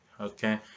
okay